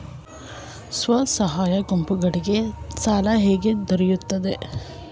ಸ್ವಸಹಾಯ ಗುಂಪುಗಳಿಗೆ ಸಾಲ ಹೇಗೆ ದೊರೆಯುತ್ತದೆ?